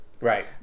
right